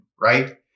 right